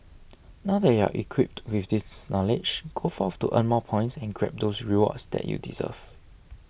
now they have equipped with this knowledge go forth to earn more points and grab those rewards that you deserve